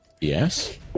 yes